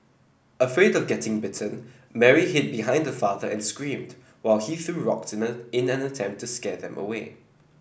afraid of getting bitten Mary hid behind her father and screamed while he threw in an attempt to scare them away